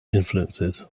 influences